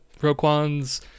Roquan's